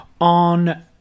on